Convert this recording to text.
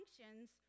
functions